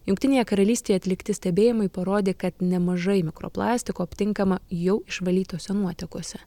jungtinėje karalystėje atlikti stebėjimai parodė kad nemažai mikroplastiko aptinkama jau išvalytose nuotekose